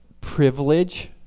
privilege